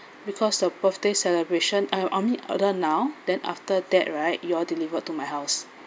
because the birthday celebration uh I mean order now then after that right you'll deliver to my house